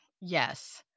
yes